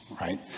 right